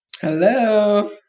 hello